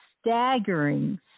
staggering